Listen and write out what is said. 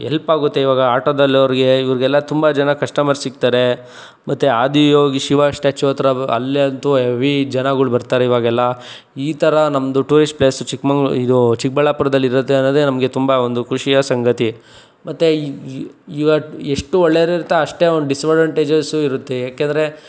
ಎಲ್ಪಾಗುತ್ತೆ ಇವಾಗ ಆಟೋದಲ್ಲವ್ರಿಗೆ ಇವ್ರಿಗೆ ತುಂಬ ಜನ ಕಶ್ಟಮರ್ ಸಿಗ್ತಾರೆ ಮತ್ತು ಆದಿಯೋಗಿ ಶಿವ ಶ್ಟ್ಯಾಚು ಹತ್ರ ಅಲ್ಲಿಯಂತೂ ಹೆವಿ ಜನಗಳು ಬರ್ತಾರೆ ಇವಾಗೆಲ್ಲ ಈ ಥರ ನಮ್ಮದು ಟೂರಿಶ್ಟ್ ಪ್ಲೇಸು ಚಿಕ್ಮಂಗ್ ಇದು ಚಿಕ್ಕಬಳ್ಳಾಪುರ್ದಲ್ಲಿರತ್ತೆ ಅನ್ನೋದೇ ನಮಗೆ ತುಂಬ ಒಂದು ಖುಷಿಯ ಸಂಗತಿ ಮತ್ತು ಈಗ ಎಷ್ಟು ಒಳ್ಳೆದಿರುತ್ತೋ ಅಷ್ಟೇ ಒಂದು ಡಿಸ್ವಡಾಂಟೇಜಸು ಇರುತ್ತೆ ಯಾಕೆಂದರೆ